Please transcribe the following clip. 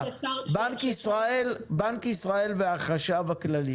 בנק ישראל והחשב הכללי